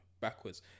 Backwards